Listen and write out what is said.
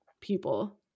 People